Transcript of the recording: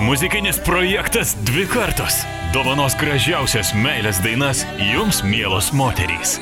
muzikinis projektas dvi kartos dovanos gražiausias meilės dainas jums mielos moterys